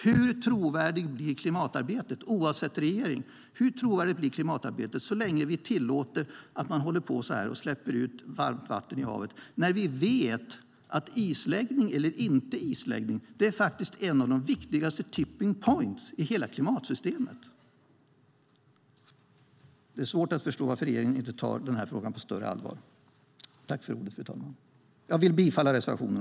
Hur trovärdigt blir klimatarbetet, oavsett regering, så länge vi tillåter att man släpper ut varmt vatten i havet när vi vet att isläggning eller inte isläggning är en av de viktigaste tipping points som finns i hela klimatsystemet? Det är svårt att förstå varför regeringen inte tar frågan på större allvar. Jag yrkar bifall till reservationen.